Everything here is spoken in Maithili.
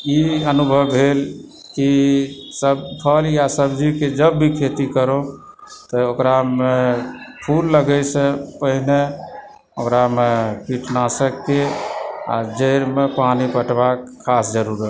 ई अनुभव भेल की सभ फल या सब्जीके जब भी खेती करू तऽ ओकरामे फूल लगयसँ पहिने ओकरामे कीटनाशकके आ जड़िमे पानी पटेबाक खास जरुरत